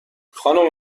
خانم